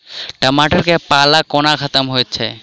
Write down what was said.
टमाटर मे पाला कोना खत्म होइ छै?